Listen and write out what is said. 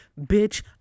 bitch